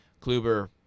Kluber